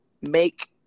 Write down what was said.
Make